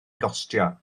gostio